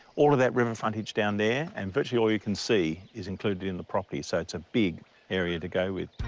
all of that river frontage down there and virtually all you can see is included in the property, so it's a big area to go with.